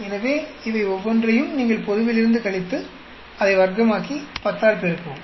எனவே இவை ஒவ்வொன்றையும் நீங்கள் பொதுவிலிருந்து கழித்து அதை வர்க்கமாக்கி 10 ஆல் பெருக்கவும்